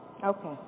okay